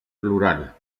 plural